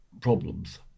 problems